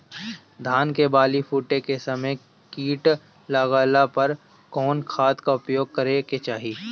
धान के बाली फूटे के समय कीट लागला पर कउन खाद क प्रयोग करे के चाही?